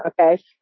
Okay